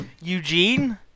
Eugene